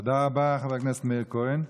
תודה רבה, חבר הכנסת מאיר כהן.